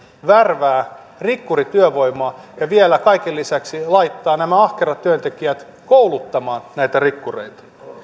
värvää rikkurityövoimaa ja vielä kaiken lisäksi laittaa nämä ahkerat työntekijät kouluttamaan näitä rikkureita